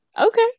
Okay